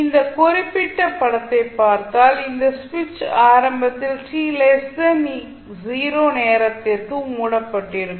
இந்த குறிப்பிட்ட படத்தை பார்த்தால் இந்த சுவிட்ச் ஆரம்பத்தில் t 0 நேரத்திற்கு மூடப்பட்டிருக்கும்